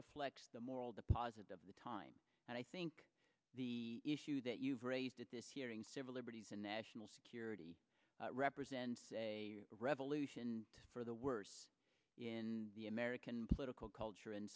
reflects the moral deposit of the time and i think the issue that you've raised at this hearing civil liberties and national security represents a revolution for the worse in the american political culture